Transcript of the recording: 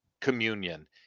communion